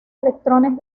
electrones